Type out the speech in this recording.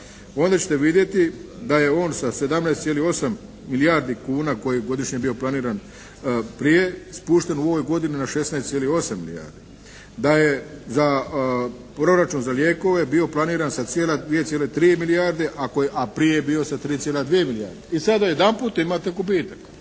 onda ćete vidjeti da je on sa 17,8 milijardi kuna koji je godišnje bio planiran prije spušten u ovoj godini na 16,8 milijardi, da je za proračun za lijekove bio planiran sa 2,3 milijarde, a prije je bio sa 3,2 milijarde. I sada jedanput imate gubitak.